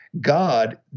God